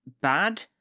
bad